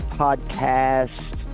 podcast